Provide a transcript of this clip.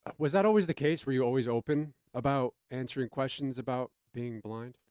was that always the case? were you always open about answering questions about being blind?